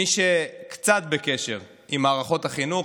מי שקצת בקשר עם מערכות החינוך,